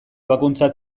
ebakuntza